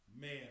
Man